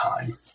time